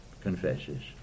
confesses